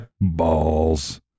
Balls